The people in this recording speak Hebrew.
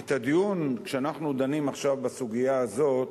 את הדיון כשאנחנו דנים עכשיו, בסוגיה הזאת,